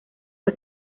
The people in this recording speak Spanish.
fue